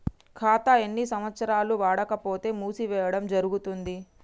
ఖాతా ఎన్ని సంవత్సరాలు వాడకపోతే మూసివేయడం జరుగుతుంది?